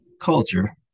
culture